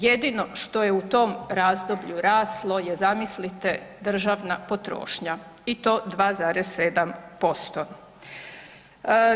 Jedino što je u tom razdoblju raslo je zamislite državna potrošnja i to 2,7%